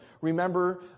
Remember